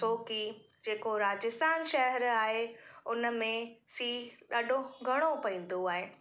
छो की जेको राजस्थान शहर आहे हुन में सीउ ॾाढो घणो पवंदो आहे